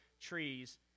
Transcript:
trees